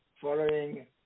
following